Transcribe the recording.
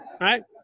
right